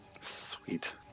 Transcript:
Sweet